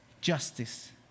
justice